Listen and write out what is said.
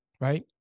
right